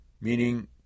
meaning